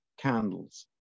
candles